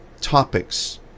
topics